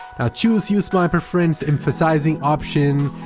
choose use my preference emphasizing option,